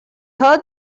heard